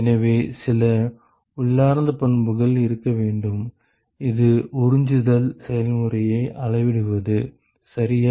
எனவே சில உள்ளார்ந்த பண்புகள் இருக்க வேண்டும் இது உறிஞ்சுதல் செயல்முறையை அளவிடுகிறது சரியா